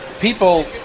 people